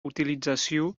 utilització